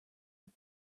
but